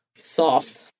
soft